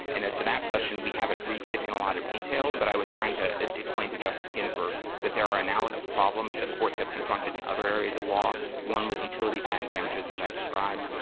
and as to that question, we haven't briefed it in a lot of detail, but i was trying to explain to justice ginsburg that there are analogous problems that courts have confronted in other areas of law. one was utility patent damages, as i described.